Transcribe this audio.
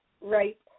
right